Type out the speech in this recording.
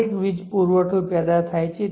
સ્થાનિક વીજ પુરવઠો પેદા થાય છે